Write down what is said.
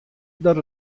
dat